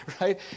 right